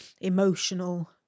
emotional